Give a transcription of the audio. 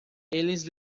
eles